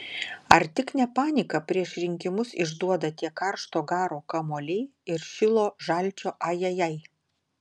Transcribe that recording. ar tik ne paniką prieš rinkimus išduoda tie karšto garo kamuoliai ir šilo žalčio ajajai